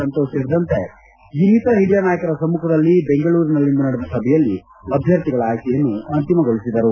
ಸಂತೋಷ್ ಸೇರಿದಂತೆ ಇನ್ನಿತರ ಹಿರಿಯ ನಾಯಕರ ಸಮ್ಮಖದಲ್ಲಿ ಬೆಂಗಳೂರಿನಲ್ಲಿಂದು ನಡೆದ ಸಭೆಯಲ್ಲಿ ಅಭ್ವರ್ಥಿಗಳ ಆಯ್ತೆಯನ್ನು ಅಂತಿಮಗೊಳಿಸಿದರು